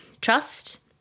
trust